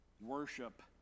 worship